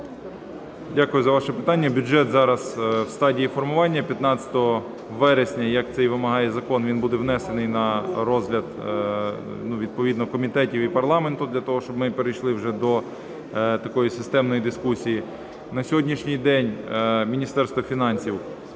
Дякую за ваше питання. Бюджет зараз в стадії формування. 15 вересня, як це і вимагає закон, він буде внесений на розгляд відповідно комітетів і парламенту для того, щоб ми перейшли вже до такої системної дискусії. На сьогоднішній день Міністерство фінансів